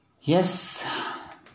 Yes